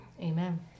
Amen